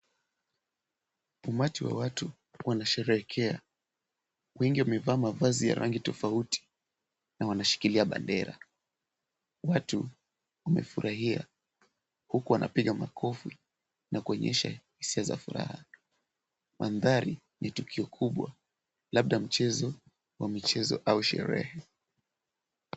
Umati wa watu wanasherehekea wengi wamevaa mavazi ya rangi tofauti na wanashikilia bendera. Watu wamefurahia huku wanapiga makofi na kuonyesha hisia za furaha. Mandhari ni tukio kubwa labda mchezo wa michezo au sherehe.